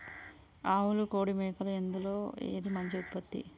ఆవులు కోడి మేకలు ఇందులో ఏది మంచి ఉత్పత్తి?